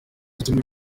zituma